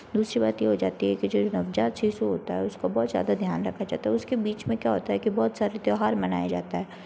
दूसरी बात ये हो जाती है कि जो नवजात शिशु होता है उसका बहुत ज़्यादा ध्यान रखा जाता है उसके बीच में क्या होता है के बहुत सारे त्यौहार मनाया जाता है